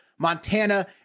Montana